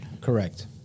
Correct